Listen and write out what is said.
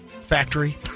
factory